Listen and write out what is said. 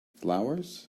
flowers